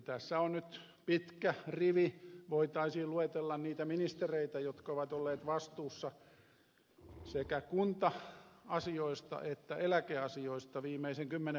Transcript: tässä nyt pitkä rivi voitaisiin luetella niitä ministereitä jotka ovat olleet vastuussa sekä kunta asioista että eläkeasioista viimeisen kymmenen vuoden aikana